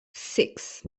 six